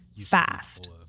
fast